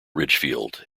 ridgefield